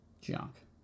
junk